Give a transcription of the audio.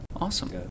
Awesome